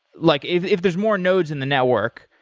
like if if there's more nodes in the network,